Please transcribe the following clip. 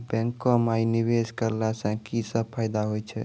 बैंको माई निवेश कराला से की सब फ़ायदा हो छै?